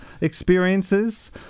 experiences